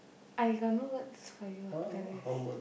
I got no words for you after this